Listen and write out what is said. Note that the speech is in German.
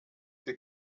the